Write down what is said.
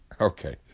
okay